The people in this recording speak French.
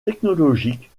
technologique